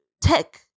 tech